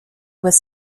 was